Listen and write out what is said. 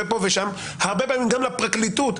הרבה פעמים גם לפרקליטות,